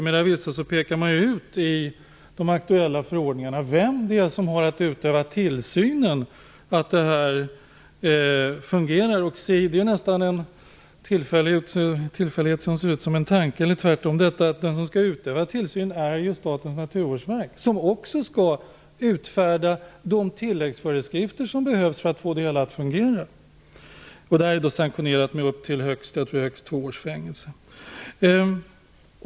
Man pekar ut i de aktuella förordningarna vem det är som har att utöva tillsynen och se till att det fungerar. Det är nästan en tillfällighet som ser ut som en tanke, eller tvärtom , nämligen att den som skall utöva tillsyn är Statens naturvårdsverk, som också skall utfärda de tilläggsföreskrifter som behövs för att få det hela att fungera. Det är sanktionerat med upp till högst två års fängelse.